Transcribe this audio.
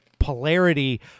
polarity